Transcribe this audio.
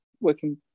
working